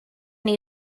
new